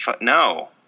No